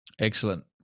Excellent